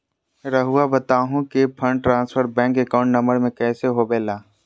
रहुआ बताहो कि fund transfer bank account number में कैसे होबेला?